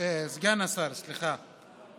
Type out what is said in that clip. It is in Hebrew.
כבוד סגן השר, בנגב,